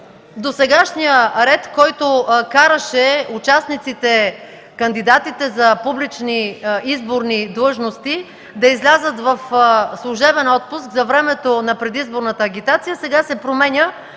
Досегашният ред, който караше участниците и кандидатите за публични изборни длъжности да излязат в служебен отпуск за времето на предизборната агитация, сега се променя,